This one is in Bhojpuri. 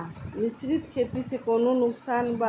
मिश्रित खेती से कौनो नुकसान बा?